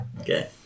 okay